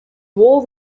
war